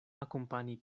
akompani